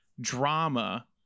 drama